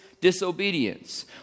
disobedience